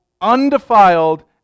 undefiled